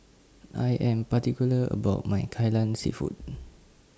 I Am particular about My Kai Lan Seafood